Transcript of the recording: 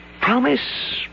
Promise